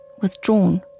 withdrawn